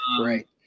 right